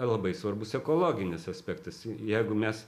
labai svarbus ekologinis aspektas jeigu mes